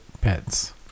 pets